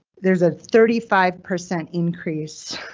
there's a thirty five percent increase.